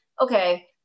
okay